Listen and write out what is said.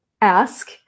Ask